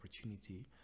opportunity